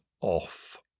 off